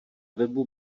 webu